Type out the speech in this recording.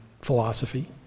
philosophy